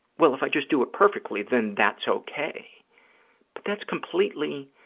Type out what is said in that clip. well, if i just do it perfectly then that's okay, but that's completely,